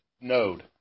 node